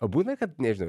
o būtina kad nežinau